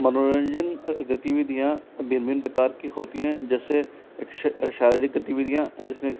मनोरंजन गतिविधियाँ भिन्न भिन्न प्रकार की होती हैं जैसे शारीरिक गतिविधियाँ जिसमें